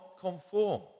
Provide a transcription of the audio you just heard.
conform